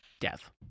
death